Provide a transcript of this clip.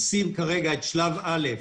עושים כרגע את שלב א'